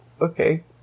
Okay